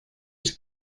its